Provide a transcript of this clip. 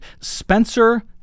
Spencer